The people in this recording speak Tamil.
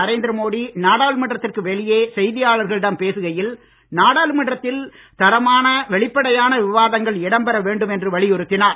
நரேந்திரமோடி நாடாளுமன்றத்துக்கு வெளியே செய்தியாளர்களிடம் பேசுகையில் நாடாளுமன்றத்தில் தரமான வெளிப்படையான விவாதங்கள் இடம் பெற வேண்டும் என்று வலியுறுத்தினார்